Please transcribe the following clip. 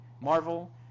Marvel